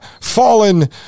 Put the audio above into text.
fallen